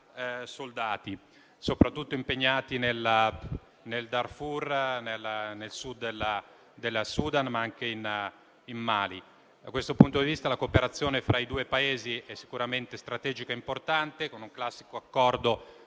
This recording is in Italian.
impegnati soprattutto nel Darfur, nel Sud del Sudan, ma anche in Mali. Da questo punto di vista, la cooperazione fra i due Paesi è sicuramente strategica e importante, con un classico accordo